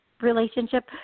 relationship